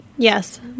Yes